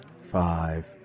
five